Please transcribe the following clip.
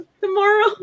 tomorrow